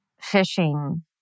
fishing